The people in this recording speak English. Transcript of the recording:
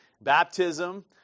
baptism